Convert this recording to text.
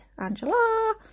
Angela